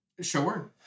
Sure